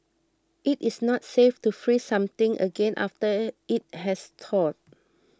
it is not safe to freeze something again after it has thawed